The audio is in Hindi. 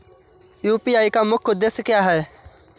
यू.पी.आई का मुख्य उद्देश्य क्या है?